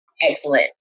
excellent